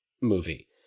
movie